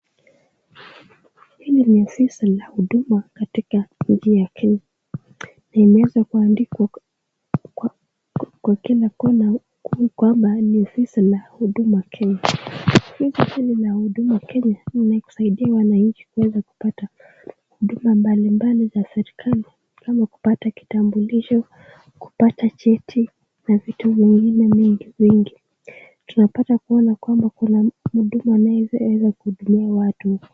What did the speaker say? Hii ni ofisi ya huduma katika nchi ya kenya, limeweza kuandikwa kwa kila kona kwamba ni ofisi la huduma la kenya, hii ofisi la huduma kenya linakusaidia wananchi kuweza kupata huduma mbali mbali za serikali, kama kupata kitambulisho, kupata cheti na vitu vingine mengi mengi, tunapata kuona kwamba mhudumu anayeweza kuhudumia watu.